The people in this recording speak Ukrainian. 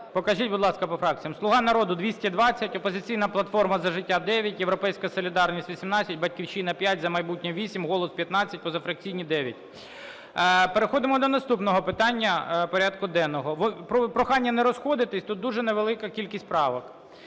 Покажіть, будь ласка, по фракціях. "Слуга народу" – 220, "Опозиційна платформа – За життя "– 9, "Європейська солідарність" – 18, "Батьківщина" – 5, "За майбутнє" – 8, "Голос" – 15, позафракційні – 9. Переходимо до наступного питання порядку денного. Прохання не розходитися, тут дуже невелика кількість правок.